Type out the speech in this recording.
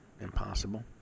impossible